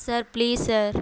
sir please sir